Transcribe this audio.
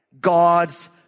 God's